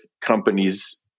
companies